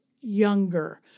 younger